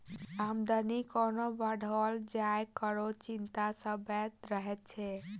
आमदनी कोना बढ़ाओल जाय, एकरो चिंता सतबैत रहैत छै